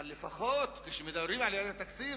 אבל לפחות כשמדברים על התקציב